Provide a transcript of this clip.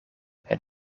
het